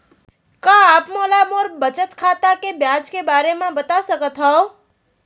का आप मोला मोर बचत खाता के ब्याज के बारे म बता सकता हव?